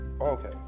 Okay